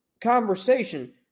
conversation